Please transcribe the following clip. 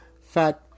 fat